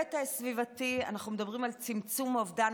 בהיבט הסביבתי אנחנו מדברים על זה שצמצום אובדן